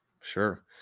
Sure